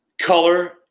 color